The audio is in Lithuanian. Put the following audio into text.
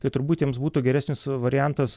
tai turbūt jiems būtų geresnis variantas